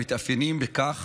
המתאפיינים בכך